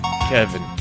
Kevin